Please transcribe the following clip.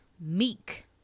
meek